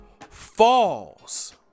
falls